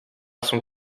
son